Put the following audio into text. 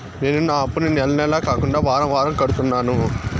నేను నా అప్పుని నెల నెల కాకుండా వారం వారం కడుతున్నాను